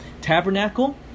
tabernacle